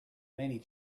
many